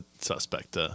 suspect